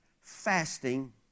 fasting